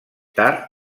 tard